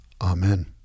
Amen